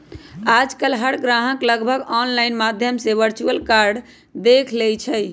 आजकल हर ग्राहक लगभग ऑनलाइन माध्यम से वर्चुअल कार्ड देख लेई छई